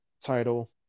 Title